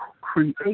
create